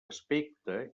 aspecte